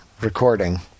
recording